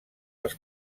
els